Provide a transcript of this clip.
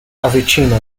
avicenna